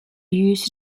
used